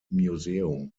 museum